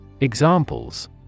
Examples